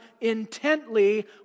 intently